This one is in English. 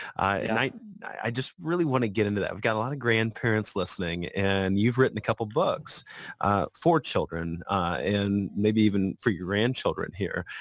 i i just really want to get into that. i've got a lot of grandparents listening and you've written a couple of books for children and maybe even for your grandchildren here.